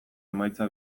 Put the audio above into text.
emaitza